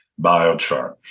biochar